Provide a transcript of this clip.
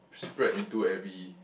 spread into every